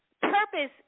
purpose